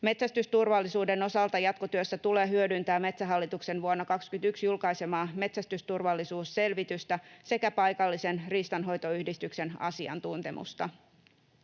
Metsästysturvallisuuden osalta jatkotyössä tulee hyödyntää Metsähallituksen vuonna 21 julkaisemaa metsästysturvallisuusselvitystä sekä paikallisen riistanhoitoyhdistyksen asiantuntemusta.